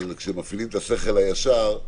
כשמפעילים את השכל הישר,